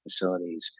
facilities